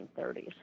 1930s